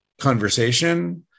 conversation